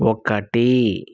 ఒకటి